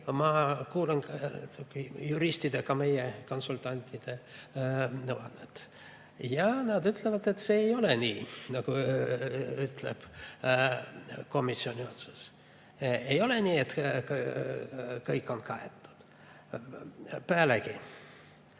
ma kuulan juristide, ka meie konsultantide vaadet. Ja nad ütlevad, et see ei ole nii, nagu ütleb komisjoni otsus. Ei ole nii, et kõik on kaetud. Pealegi,